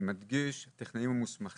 אני מדגיש את הטכנאים המוסכמים,